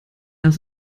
als